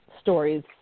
stories